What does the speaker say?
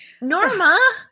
Norma